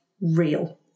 real